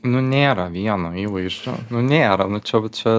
nu nėra vieno įvaizdžio nu nėra nu čia čia